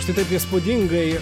šitaip įspūdingai